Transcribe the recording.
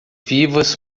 vivas